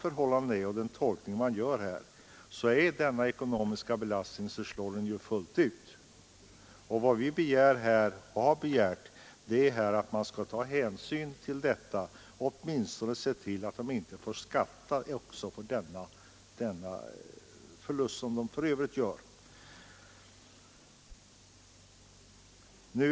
Men med den nuvarande tolkningen av reglerna blir denna ekonomiska belastning hundraprocentig. Vad vi begär och har begärt är att man skall ta hänsyn till detta och åtminstone se till att dessa människor inte också får skatta för pengar som de redan har betalat för resor.